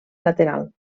lateral